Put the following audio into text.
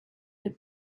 the